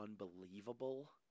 unbelievable